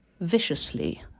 Viciously